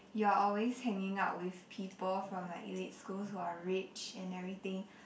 you're always hanging out with people from like elite schools who are rich and everything